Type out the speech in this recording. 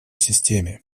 системе